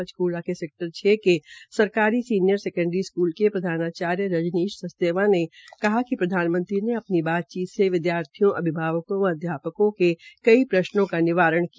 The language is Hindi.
पंचकूला के सेक्टर छ के सरकारी सीनियर सकेंडरी स्कूल के प्रधानाचार्य रजनीश सचदेवा ने कहा कि प्रधानमंत्रीने अपनी बातचीत से विद्यार्थियों अभिभावकों व अध्यापकों के कई प्रश्नों का निवारण किया